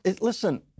listen